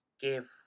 Give